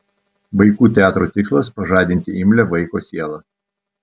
vaikų teatro tikslas pažadinti imlią vaiko sielą